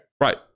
Right